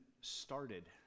started